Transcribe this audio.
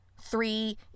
Three